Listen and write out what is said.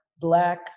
black